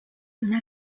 una